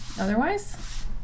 Otherwise